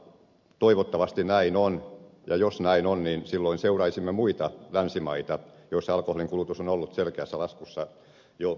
toivottavasti näin on ja jos näin on niin silloin seuraisimme muita länsimaita joissa alkoholin kulutus on ollut selkeässä laskussa jo pitkään